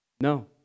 No